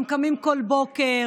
הם קמים כל בוקר,